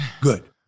good